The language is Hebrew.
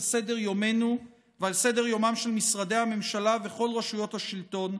סדר-יומנו ועל סדר-יומם של משרדי הממשלה וכל רשויות השלטון,